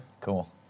Cool